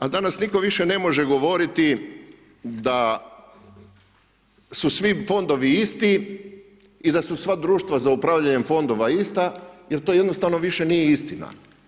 A danas nitko više ne može govoriti da su svi fondovi isti i da su sva društva za upravljanje fondova ista, jer to jednostavno više nije istina.